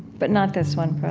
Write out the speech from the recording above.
but not this one,